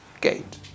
gate